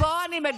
זה חלק מהכללים.